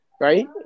Right